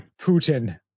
Putin